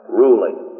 ruling